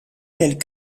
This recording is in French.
telles